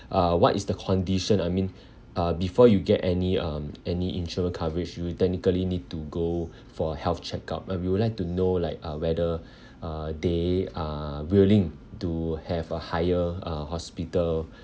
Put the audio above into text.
uh what is the condition I mean uh before you get any um any insurance coverage you technically need to go for a health check up and we would like to know like uh whether uh they are willing to have a higher uh hospital